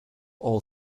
all